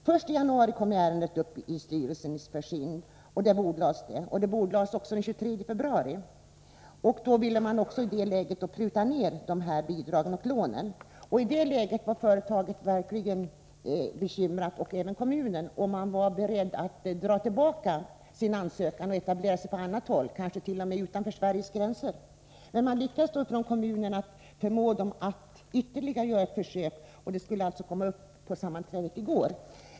Först i 16 mars 1984 januari kom ärendet upp i SIND:s styrelse. Det bordlades. Det bordlades också den 23 februari. Nu ville SIND pruta ned bjärigen och lånen. I detta Meddelande ont läge var man i både företaget och kommunen verkligen bekymrad. Företaget =.; 5 3 z : interpellationssvar var berett att dra tillbaka sin ansökan och etablera sig på annat håll, kanske t.o.m. utanför Sveriges gränser. Det lyckades för kommunen att förmå Om åtgärder för att företaget at göra ytterligare ett försök. Arendet skulle komma upp på underlätta företagssammanträdet i går.